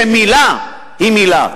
שמלה היא מלה.